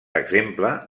exemple